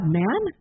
man